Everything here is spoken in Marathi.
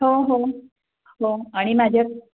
हो हो हो आणि माझ्या